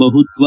ಬಹುತ್ವ